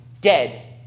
dead